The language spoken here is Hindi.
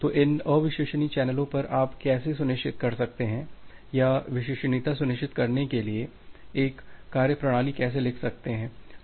तो इन अविश्वसनीय चैनलों पर आप कैसे सुनिश्चित कर सकते हैं या विश्वसनीयता सुनिश्चित करने के लिए एक कार्यप्रणाली कैसे लिख सकते हैं